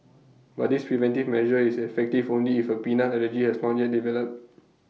but this preventive measure is effective only if A peanut allergy has not yet developed